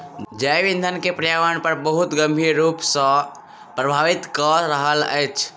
जैव ईंधन के पर्यावरण पर बहुत गंभीर रूप सॅ प्रभावित कय रहल अछि